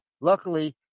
luckily